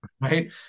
Right